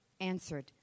answered